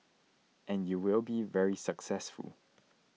and you will be very successful